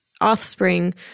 offspring